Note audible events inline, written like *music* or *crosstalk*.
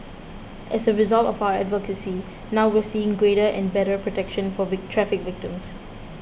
as a result of our advocacy now we're seeing greater and better protection for *unintelligible* traffic victims